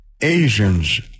Asians